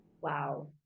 Wow